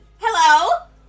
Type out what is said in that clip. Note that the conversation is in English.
Hello